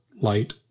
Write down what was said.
light